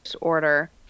order